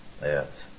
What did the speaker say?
Yes